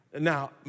Now